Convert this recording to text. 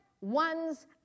one's